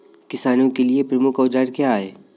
किसानों के लिए प्रमुख औजार क्या हैं?